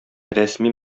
рәсми